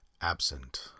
Absent